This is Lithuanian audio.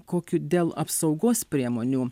kokiu dėl apsaugos priemonių